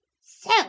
So